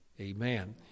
Amen